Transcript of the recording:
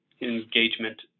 engagement